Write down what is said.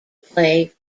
play